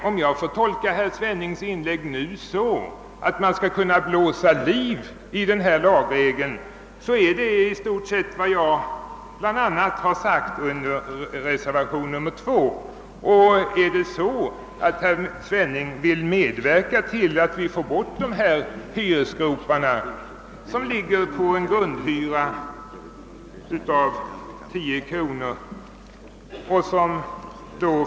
Om jag får tolka herr Svennings inlägg så, att man skall kunna blåsa liv i denna lagregel, överensstämmer det i stort sett med vad som framhålles i reservation II. Vill herr Svenning medverka till att få bort hyresgroparna med en grundhyra av 10 kronor per m?